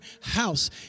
house